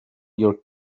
your